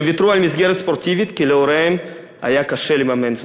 שוויתרו על מסגרת ספורטיבית כי להוריהם היה קשה לממן זאת.